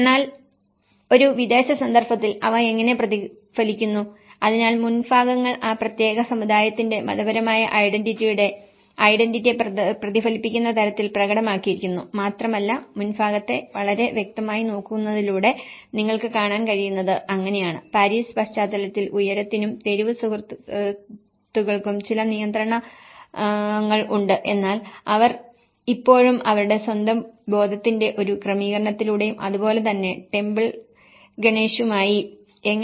എന്നാൽ ഒരു വിദേശ സന്ദർഭത്തിൽ അവ എങ്ങനെ പ്രതിഫലിക്കുന്നു അതിനാൽ മുൻഭാഗങ്ങൾ ആ പ്രത്യേക സമുദായത്തിന്റെ മതപരമായ ഐഡന്റിറ്റിയുടെ ഐഡന്റിറ്റിയെ പ്രതിഫലിപ്പിക്കുന്ന തരത്തിൽ പ്രകടമാക്കിയിരിക്കുന്നു മാത്രമല്ല മുൻഭാഗത്തെ വളരെ വ്യക്തമായി നോക്കുന്നതിലൂടെ നിങ്ങൾക്ക് കാണാൻ കഴിയുന്നത് അങ്ങനെയാണ് പാരീസ് പശ്ചാത്തലത്തിൽ ഉയരത്തിനും തെരുവ് സുഹൃത്തുക്കൾക്കും ചില നിയന്ത്രണ നിയന്ത്രണങ്ങൾ ഉണ്ട് എന്നാൽ അവർ ഇപ്പോഴും അവരുടെ സ്വന്തം ബോധത്തിന്റെ ഒരു ക്രമീകരണത്തിലൂടെയും അതുപോലെ തന്നെ ടെംപിൾ ഗണേശുമായി temple Ganesh